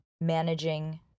managing